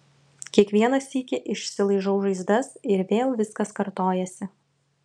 kiekvieną sykį išsilaižau žaizdas ir vėl viskas kartojasi